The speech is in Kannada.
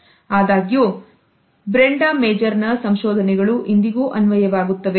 ಆದಾಗ್ಯೂ ಫ್ರೆಂಡ ಮೇಜರ್ ನ ಸಂಶೋಧನೆಗಳು ಇಂದಿಗೂ ಅನ್ವಯವಾಗುತ್ತವೆ